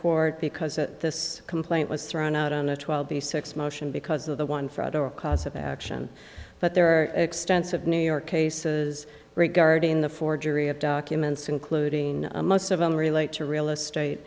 court because at this complaint was thrown out on a twelve b six motion because of the one fraud or cause of action but there are extensive new york cases regarding the forgery of documents including most of them relate to real estate